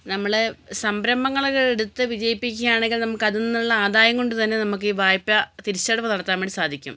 നമ്മള് സംരംഭങ്ങളൊക്കെ എടുത്ത് വിജയിപ്പിക്കയാണെങ്കിൽ നമുക്ക് അതിൽനിന്നുള്ള ആദായം കൊണ്ട് തന്നെ നമുക്കീ വായ്പാ തിരിച്ചടവ് നടത്താൻ വേണ്ടി സാധിക്കും